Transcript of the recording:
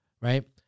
Right